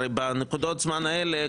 הרי בנקודות הזמן האלה,